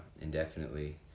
indefinitely